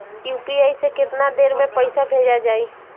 UPI से केतना देर मे पईसा भेजा जाई?